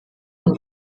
von